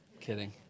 Kidding